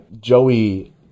Joey